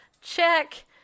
Check